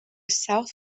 south